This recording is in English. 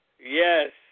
yes